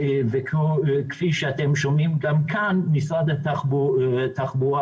למשל, בסעיף ג(ד) משרד התחבורה